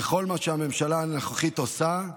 בכל מה שהממשלה הנוכחית עושה,